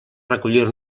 recollir